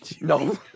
No